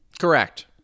Correct